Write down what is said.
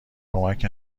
کمک